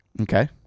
Okay